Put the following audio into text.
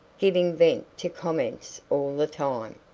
giving vent to comments all the time,